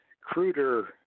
cruder